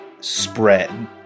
spread